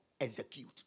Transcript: execute